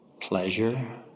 pleasure